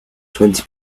twenty